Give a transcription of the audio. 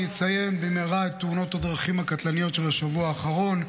אני אציין במהרה את תאונות הדרכים הקטלניות של השבוע האחרון.